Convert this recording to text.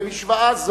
במשוואה זו,